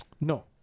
no